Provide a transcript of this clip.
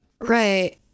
Right